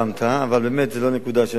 זו לא נקודה שאני אתייחס.